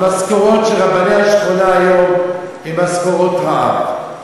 המשכורות של רבני השכונות היום הן משכורות רעב.